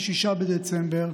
26 בדצמבר,